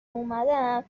اومدم